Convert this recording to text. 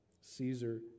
Caesar